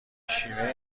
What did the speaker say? شیوه